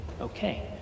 okay